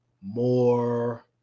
more